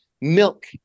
milk